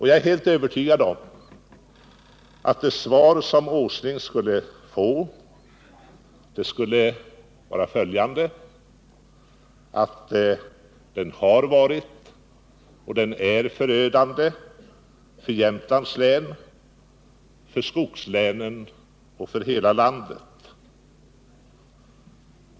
Jag är helt övertygad om att Nils Åsling skulle få svaret: Den borgerliga regionalpolitiken har varit och är förödande för Jämtlands län, för skogslänen och för hela landet.